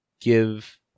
give